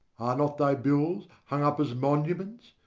are not thy bills hung up as monuments,